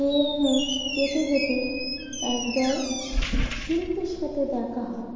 ট্রেনে যেতে যেতে একদল শিল্পীর সাথে দেখা হয়